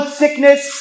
sickness